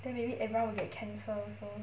then maybe everyone will get cancer also